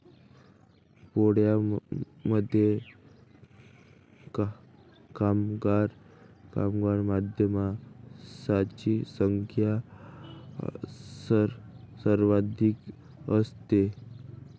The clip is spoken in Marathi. पोळ्यामध्ये कामगार मधमाशांची संख्या सर्वाधिक असते